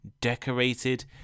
decorated